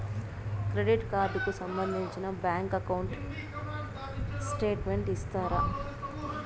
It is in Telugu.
క్రెడిట్ కార్డు కు సంబంధించిన బ్యాంకు అకౌంట్ స్టేట్మెంట్ ఇస్తారా?